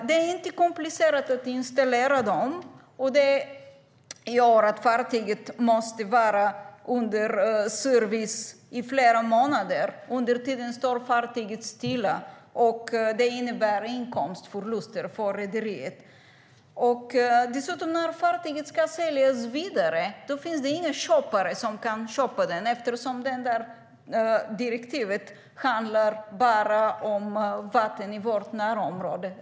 Det är komplicerat att installera dem, vilket gör att fartyget måste vara under service i flera månader. Under tiden står fartyget stilla, och det innebär inkomstförluster för rederiet. När fartyget ska säljas vidare finns det inga köpare som kan köpa det eftersom detta direktiv handlar bara om vatten i vårt närområde.